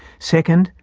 second,